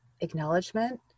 acknowledgement